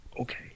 Okay